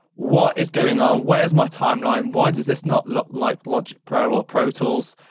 what is going on? where's my timeline, why does this not look like logic pro or pro tools?